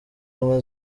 ubumwe